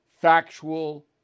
factual